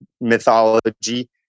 mythology